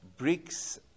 BRICS